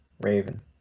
Raven